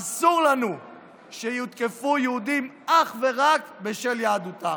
אסור לנו שיותקפו יהודים אך ורק בשל יהדותם,